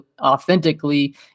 authentically